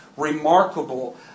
remarkable